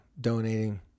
donating